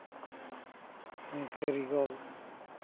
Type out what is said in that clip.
ᱠᱟᱹᱨᱤᱜᱚᱞ